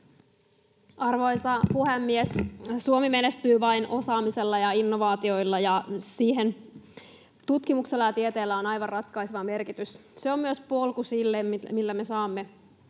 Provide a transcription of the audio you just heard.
Arvoisa puhemies! Suomi menestyy vain osaamisella ja innovaatioilla, ja siinä tutkimuksella ja tieteellä on aivan ratkaiseva merkitys. Se on myös polku sille, millä me saamme